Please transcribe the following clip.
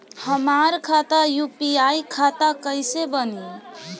हमार खाता यू.पी.आई खाता कइसे बनी?